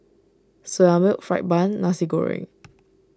Soya Milk Fried Bun Nasi Goreng